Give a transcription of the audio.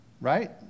Right